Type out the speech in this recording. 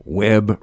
web